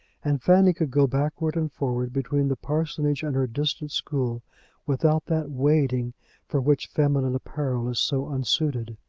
and fanny could go backwards and forwards between the parsonage and her distant school without that wading for which feminine apparel is so unsuited.